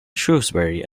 shrewsbury